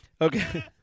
Okay